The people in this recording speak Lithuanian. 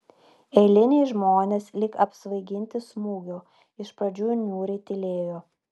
eiliniai žmonės lyg apsvaiginti smūgio iš pradžių niūriai tylėjo